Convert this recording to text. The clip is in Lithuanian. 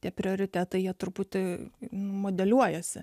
tie prioritetai truputį modeliuojasi